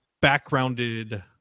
backgrounded